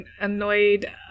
annoyed